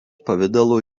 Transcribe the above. pavidalo